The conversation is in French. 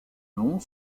long